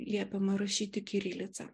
liepiama rašyti kirilica